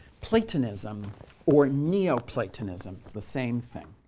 platonism or neoplatonism, it's the same thing.